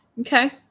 Okay